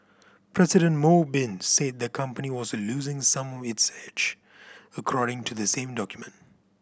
President Mo Bin said the company was losing some its edge according to the same document